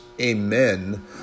Amen